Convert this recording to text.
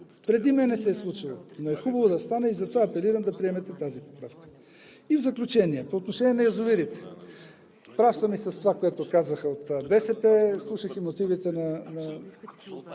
Преди мен се е случвало, но е хубаво да стане. Затова апелирам да приемете тази поправка. В заключение, по отношение на язовирите. Прави са и с това, което казаха от БСП, слушах и мотивите на